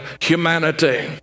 humanity